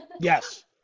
Yes